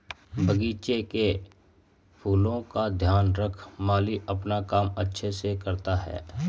बगीचे के फूलों का ध्यान रख माली अपना काम अच्छे से करता है